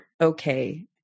okay